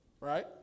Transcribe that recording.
right